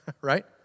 right